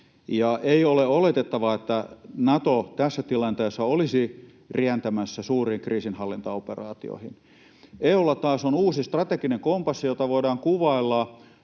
Ei ole oletettavaa, että Nato tässä tilanteessa olisi rientämässä suuriin kriisinhallintaoperaatioihin. EU:lla taas on uusi strateginen kompassi, jota voidaan kuvailla